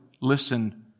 listen